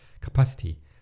capacity